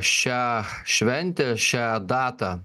šią šventę šią datą